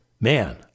man